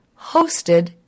hosted